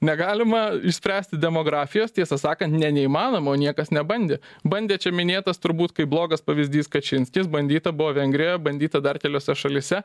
negalima išspręsti demografijos tiesą sakan ne neįmanoma o niekas nebandė bandė čia minėtas turbūt kaip blogas pavyzdys kačinskis bandyta buvo vengrijoje bandyta dar keliose šalyse